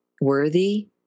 worthy